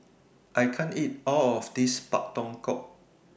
I can't eat All of This Pak Thong Ko